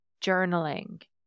journaling